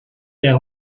der